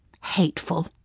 Hateful